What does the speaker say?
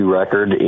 record